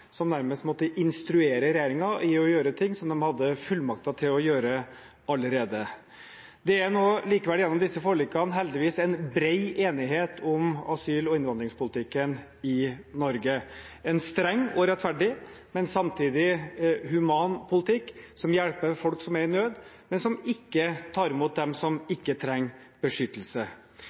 som nærmest måtte instruere regjeringen i å gjøre ting som den hadde fullmakter til å gjøre allerede. Det er nå, likevel, gjennom disse forlikene heldigvis en bred enighet om asyl- og innvandringspolitikken i Norge – en streng og rettferdig, men samtidig human politikk som hjelper folk som er i nød, men som ikke tar imot dem som ikke trenger beskyttelse.